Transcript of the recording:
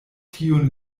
tiun